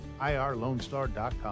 IRLoneStar.com